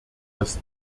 dass